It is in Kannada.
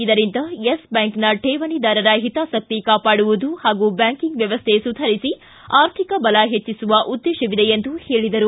ಇದರಿಂದ ಯೆಸ್ ಬ್ಯಾಂಕ್ನ ತೇವಣಿದಾರರ ಹಿತಾಸಕ್ತಿ ಕಾಪಾಡುವುದು ಹಾಗೂ ಬ್ಯಾಂಕಿಂಗ್ ವ್ಯವಸ್ಥೆ ಸುಧಾರಿಸಿ ಆರ್ಥಿಕ ಬಲ ಹೆಚ್ಚಿಸುವ ಉದ್ದೇತವಿದೆ ಎಂದರು